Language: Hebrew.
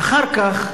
אחר כך,